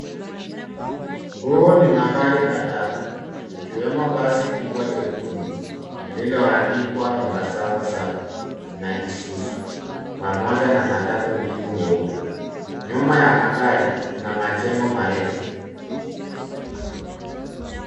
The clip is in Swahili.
Huu ni magari kadhaa ikiwemo basi kubwa jekundu lilioandikwa embassava sacco na Isuzu pamoja na matatu mbili nyeupe. Nyuma ya magari kuna majengo marefu.